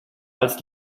als